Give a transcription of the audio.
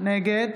נגד